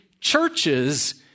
churches